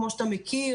כמו שאתה מכיר,